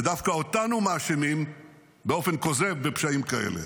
ודווקא אותנו מאשימים באופן כוזב בפשעים כאלה.